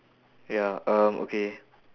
ya uh okay